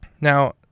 Now